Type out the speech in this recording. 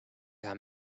hea